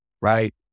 right